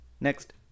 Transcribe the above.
Next